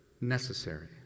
necessary